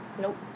Nope